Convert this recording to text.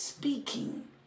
speaking